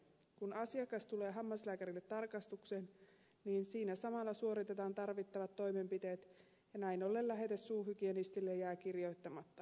kun asiakas tulee hammaslääkärille tarkastukseen niin siinä samalla suoritetaan tarvittavat toimenpiteet ja näin ollen lähete suuhygienistille jää kirjoittamatta